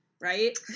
right